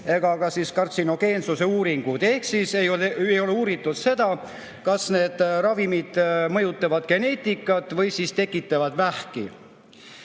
ega ka kantserogeensuse uuringuid, ehk siis ei ole uuritud seda, kas need ravimid mõjutavad geneetikat või tekitavad vähki.